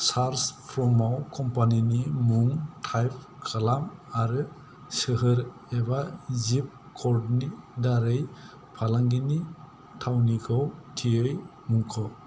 search फर्मआव कम्पानिनि मुं टाइप खालाम आरो सोहोर एबा जिप कोडनि दारै फालांगिनि थावनिखौ थियै मुंख'